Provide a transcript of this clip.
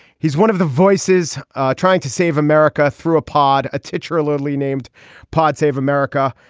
he's one of the voices trying to save america through a pod a teacher allegedly named pod save america.